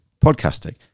podcasting